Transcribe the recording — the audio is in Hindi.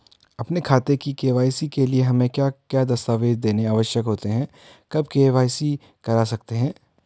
अपने खाते की के.वाई.सी के लिए हमें क्या क्या दस्तावेज़ देने आवश्यक होते हैं कब के.वाई.सी करा सकते हैं?